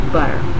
Butter